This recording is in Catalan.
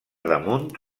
damunt